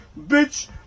bitch